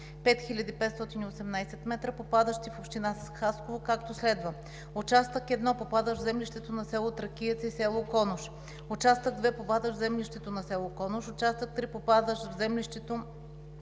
5518 м, попадащи в община Хасково, както следва: участък 1, попадащ в землището на село Тракиец и село Конуш; участък 2 попада в землището на село Конуш; участък 3 попада в землището